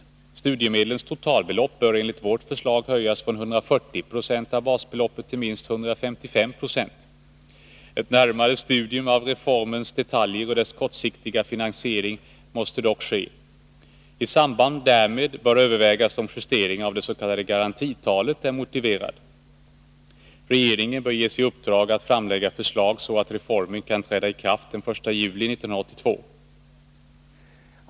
Studiemedlens totalbelopp bör enligt vårt förslag höjas från 140 96 av basbeloppet till minst 155 26. Ett närmare studium av reformens detaljer och dess kortsiktiga finansiering måste dock ske. I samband därmed bör övervägas om en justering av det s.k. garantitalet är motiverad. Regeringen bör ges i uppdrag att framlägga förslag så att reformen kan träda i kraft den 1 juli 1982.